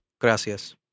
Gracias